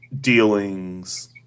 dealings